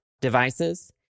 devices